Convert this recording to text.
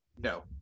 No